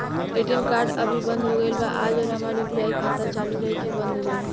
ATM card अभी बंद हो गईल आज और हमार यू.पी.आई खाता चालू रही की बन्द हो जाई?